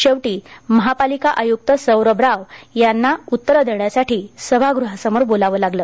शेवटी महापालिका आयुक्त सौरभ राव यांना उत्तरे देण्यासाठी सभागृहासमोर बोलावे लागले